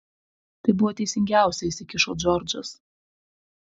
tai būtų teisingiausia įsikišo džordžas